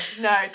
no